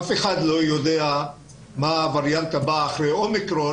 אף אחד לא יודע מה הווריאנט הבא אחרי ה-אומיקרון